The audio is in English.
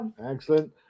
Excellent